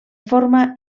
forma